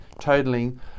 totaling